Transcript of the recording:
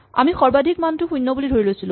আমি সৰ্বাধিক মানটো শূণ্য বুলি ধৰি লৈছিলো